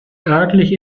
örtlich